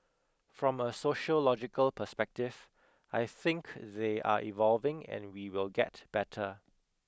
from a sociological perspective I think they are evolving and we will get better